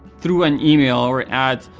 through an email, or ad,